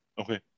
Okay